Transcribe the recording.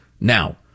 Now